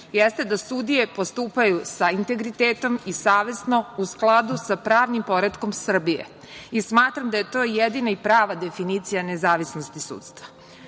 jeste da sudije postupaju sa integritetom i savesno u skladu sa pravnim poretkom Srbije. Smatram da je to jedina i prava definicija nezavisnosti sudstva.